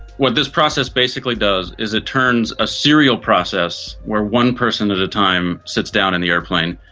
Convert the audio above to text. what this process basically does is it turns a serial process where one person at a time sits down in the aeroplane,